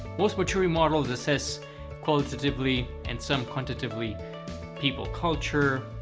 most maturity models assess qualitatively and some quantitatively people culture,